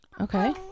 Okay